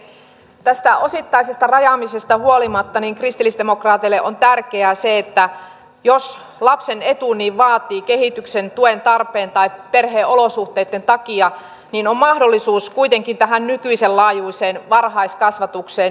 tästä osittaisesta rajaamisesta huolimatta kristillisdemokraateille on tärkeää se että jos lapsen etu niin vaatii kehityksen tuen tarpeen tai perheen olosuhteitten takia niin on mahdollisuus kuitenkin tähän nykyisen laajuiseen varhaiskasvatukseen